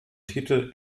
titel